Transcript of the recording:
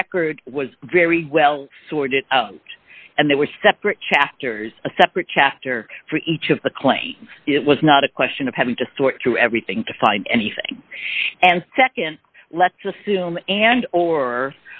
record was very well sorted out and there were separate chapters a separate chapter for each of the claims it was not a question of having to sort through everything to find anything and nd let's assume and or